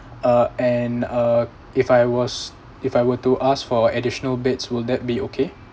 uh and uh if I was if I were to ask for additional beds will that be okay